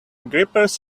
grippers